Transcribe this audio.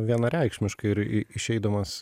vienareikšmiškai ir i išeidamas